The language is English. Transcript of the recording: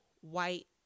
white